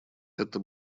это